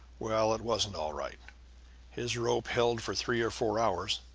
well, it wasn't all right his rope held for three or four hours,